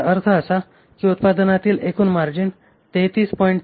याचा अर्थ असा की या उत्पादनावरील एकूण मार्जिन 33